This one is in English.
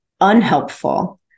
unhelpful